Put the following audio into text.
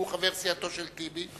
הוא חבר סיעתו של טיבי,